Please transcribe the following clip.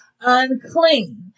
unclean